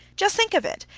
just think of it!